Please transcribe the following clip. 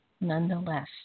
nonetheless